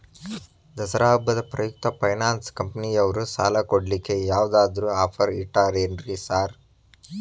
ದಸರಾ ಹಬ್ಬದ ಪ್ರಯುಕ್ತ ಫೈನಾನ್ಸ್ ಕಂಪನಿಯವ್ರು ಸಾಲ ಕೊಡ್ಲಿಕ್ಕೆ ಯಾವದಾದ್ರು ಆಫರ್ ಇಟ್ಟಾರೆನ್ರಿ ಸಾರ್?